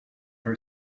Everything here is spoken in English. her